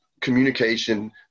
communication